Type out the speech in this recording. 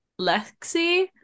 Lexi